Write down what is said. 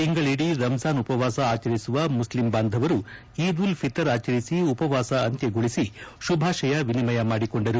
ತಿಂಗಳಿಡೀ ರಂಜಾನ್ ಉಪವಾಸ ಆಚರಿಸುವ ಮುಸ್ಲಿಂ ಬಾಂಧವರು ಈದ್ ಉಲ್ ಫಿತರ್ ಆಚರಿಸಿ ಉಪವಾಸ ಅಂತ್ಯಗೊಳಿಸಿ ಶುಭಾಶಯ ವಿನಿಮಯ ಮಾಡಿಕೊಂಡರು